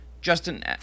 justin